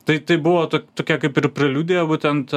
tai tai buvo tokia kaip ir preliudija būtent